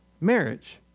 marriage